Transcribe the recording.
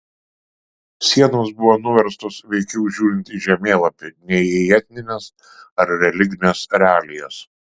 sienos buvo nuvestos veikiau žiūrint į žemėlapį nei į etnines ar religines realijas